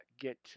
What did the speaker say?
get